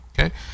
Okay